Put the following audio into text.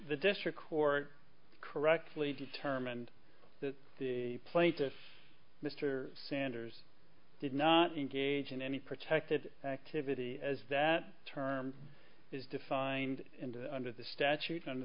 the district court correctly determined that the plaintiff mr sanders did not engage in any protected activity as that term is defined under the statute under